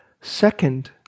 Second